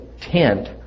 tent